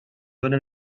dóna